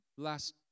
Last